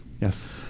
Yes